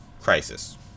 Crisis